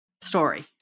story